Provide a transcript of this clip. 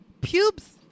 pubes